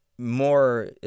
more